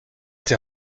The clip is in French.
t’es